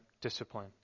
discipline